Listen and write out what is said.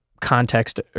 context